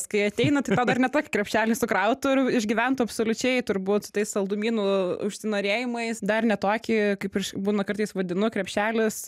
kai ateina tai tau dar ne tokį krepšelį sukrautų ir išgyventų absoliučiai turbūt su tais saldumynų užsinorėjimais dar ne tokį kaip ir aš būna kartais vadinu krepšeliais